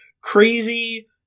crazy